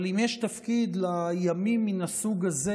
אבל אם יש תפקיד לימים מן הסוג הזה